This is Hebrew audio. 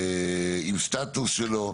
עם סטטוס שלו,